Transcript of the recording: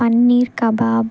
paneer kebab